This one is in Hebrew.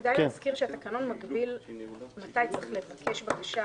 כדאי להזכיר שהתקנון מגביל מתי צריך לבקש בקשה.